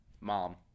Mom